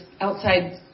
outside